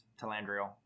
Talandriel